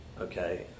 okay